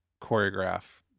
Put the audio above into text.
choreograph